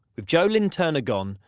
with joe lynn turner gone,